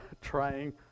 trying